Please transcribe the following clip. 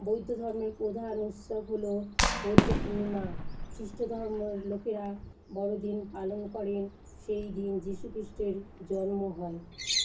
বৌদ্ধ ধর্মের প্রধান উৎসব হলো বৌদ্ধ পূর্ণিমা খ্রিস্ট ধর্মর লোকেরা বড়দিন পালন করেন সেই দিন যীশু খ্রিস্টের জন্ম হয়